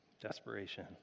Desperation